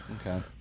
okay